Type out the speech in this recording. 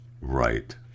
Right